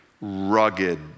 rugged